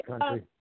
country